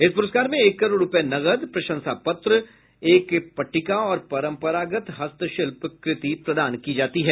इस पुरस्कार में एक करोड़ रुपये नकद प्रशंसा पत्र एक पट्टिका और परम्परागत हस्तशिल्प कृति प्रदान की जाती है